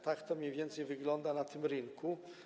Tak to mniej więcej wygląda na tym rynku.